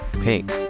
Pink